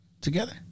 together